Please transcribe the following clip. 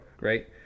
Right